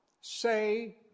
say